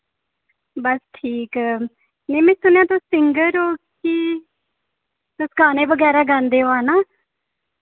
बस ठीक नि मैं सुनेआ तुस सिंगर ओ कि तुस गाने बगैरा गांदे ओ हैना